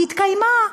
והיא התקיימה.